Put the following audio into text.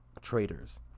traders